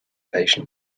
patient